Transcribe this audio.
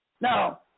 Now